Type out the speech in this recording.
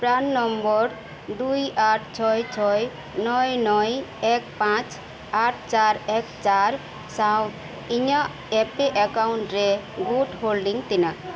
ᱯᱨᱟᱱ number ᱫᱩᱭ ᱟᱴ ᱪᱷᱚᱭ ᱪᱷᱚᱭ ᱱᱚᱭ ᱱᱚᱭ ᱮᱠ ᱯᱟᱸᱪ ᱟᱴ ᱪᱟᱨ ᱮᱠ ᱪᱟᱨ ᱥᱟᱶ ᱤᱧᱟᱹᱜ ᱮᱯᱤ ᱮᱠᱟᱣᱩᱱᱴ ᱨᱮ ᱜᱩᱰ ᱦᱳᱞᱰᱤᱝ ᱛᱤᱱᱟᱹᱜ